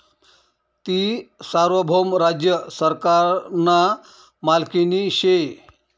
ती सार्वभौम राज्य सरकारना मालकीनी शे